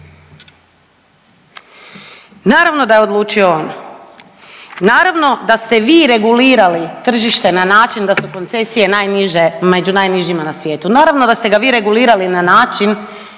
Naravno da je odlučio on. Naravno da ste vi regulirali tržište na način da su koncesije najniže, među najnižima na svijetu. Naravno da ste ga vi regulirali na način